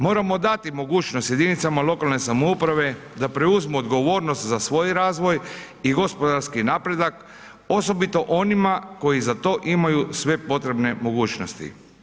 Moramo dati mogućnost jedinicama lokalne samouprave da preuzmu odgovornost za svoj razvoj i gospodarski napredak osobito onima koji za to imaju sve potrebne mogućnosti.